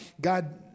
God